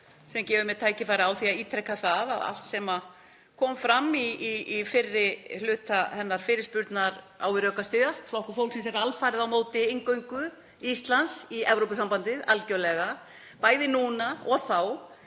sem gefur mér tækifæri á því að ítreka það að allt sem kom fram í fyrri hluta hennar fyrirspurnar á við rök að styðjast. Flokkur fólksins er alfarið á móti inngöngu Íslands í Evrópusambandið, algerlega, bæði núna og þá.